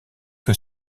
que